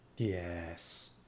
yes